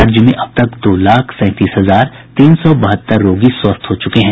राज्य में अबतक दो लाख सैंतीस हजार तीन सौ बहत्तर रोगी स्वस्थ हो चुके हैं